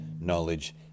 knowledge